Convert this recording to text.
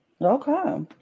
Okay